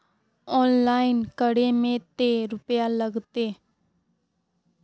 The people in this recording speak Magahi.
ऑनलाइन करे में ते रुपया लगते?